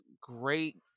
great